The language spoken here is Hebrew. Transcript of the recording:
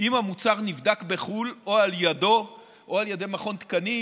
אם המוצר נבדק בחו"ל או על ידיו או על ידי מכון תקנים.